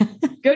Good